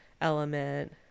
element